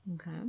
Okay